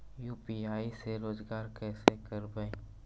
UPI से रोजगार कैसे करबय?